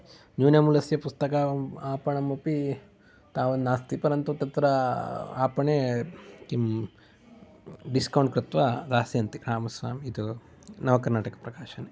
न्यूनमूल्यस्य पुस्तक आपणमपि तावत् नास्ति परन्तु तत्र आपणे किं डिस्कौण्ट् कृत्वा दास्यन्ति नावकर्नाटकप्रकाशने